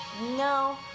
No